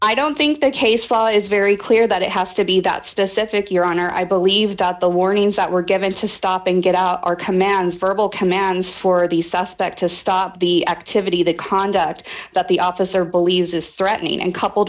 i don't think the case law is very clear that it has to be that specific your honor i believe that the warnings that were given to stop and get out are commands verbal commands for the suspect to stop the activity the conduct that the officer believes is threatening and coupled